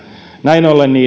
näin ollen